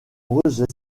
nombreuses